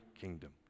kingdom